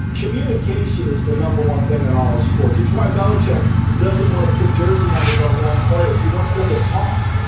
communication is the number one thing in all of sports. it's why belichick doesn't want to put jersey numbers on young players. he wants them to talk.